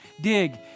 dig